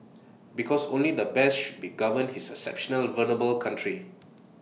because only the best should be govern his exceptionally vulnerable country